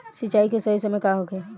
सिंचाई के सही समय का होखे?